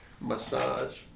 Massage